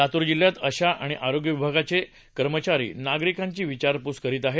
लातूर जिल्ह्यांत आशा आणि आरोग्य विभागाचे कर्मचारी नागरिकांची विचारपूस करीत आहेत